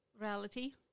reality